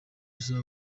asaba